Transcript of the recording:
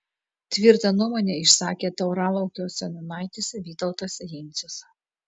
tvirtą nuomonę išsakė tauralaukio seniūnaitis vytautas jencius